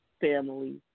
family